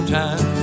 time